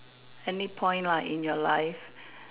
any point lah in your life